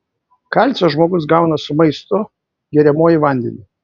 kalcio žmogus gauna su maistu geriamuoju vandeniu